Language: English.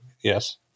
Yes